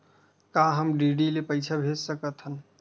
का हम डी.डी ले पईसा भेज सकत हन?